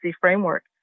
framework